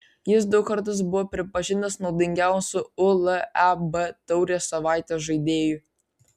jis du kartus buvo pripažintas naudingiausiu uleb taurės savaitės žaidėju